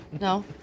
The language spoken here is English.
No